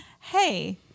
hey